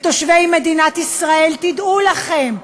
תושבי מדינת ישראל, תדעו לכם: